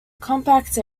compact